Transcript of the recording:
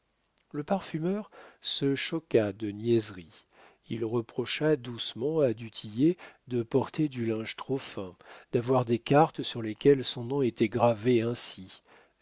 le parfumeur se choqua de niaiseries il reprocha doucement à du tillet de porter du linge trop fin d'avoir des cartes sur lesquelles son nom était gravé ainsi